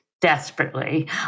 Desperately